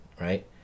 right